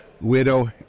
Widow